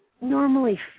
normally